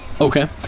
Okay